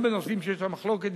גם בנושאים שיש בהם מחלוקת,